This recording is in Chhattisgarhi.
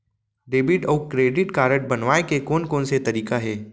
डेबिट अऊ क्रेडिट कारड बनवाए के कोन कोन से तरीका हे?